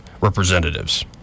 representatives